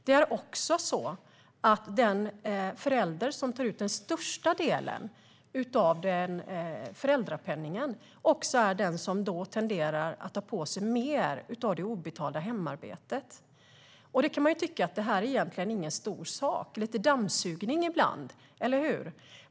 Det är också så att den förälder som tar ut den största delen av föräldrapenningen också är den som tenderar att ta på sig mer av det obetalda hemarbetet. Man kan tycka att det här egentligen inte är någon stor sak - lite dammsugning ibland, eller hur?